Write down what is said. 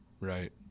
Right